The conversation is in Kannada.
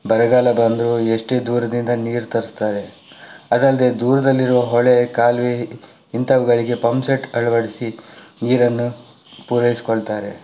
ಬರಗಾಲ ಬಂದರೂ ಎಷ್ಟೇ ದೂರದಿಂದ ನೀರು ತರಿಸ್ತಾರೆ ಅದಲ್ಲದೆ ದೂರದಲ್ಲಿರೋ ಹೊಳೆ ಕಾಲುವೆ ಇಂತಹವುಗಳಿಗೆ ಪಂಪ್ಸೆಟ್ ಅಳವಡಿಸಿ ನೀರನ್ನು ಪೂರೈಸ್ಕೊಳ್ತಾರೆ